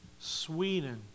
Sweden